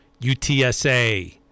UTSA